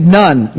none